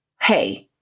hey